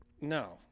No